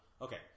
Okay